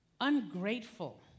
Ungrateful